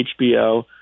HBO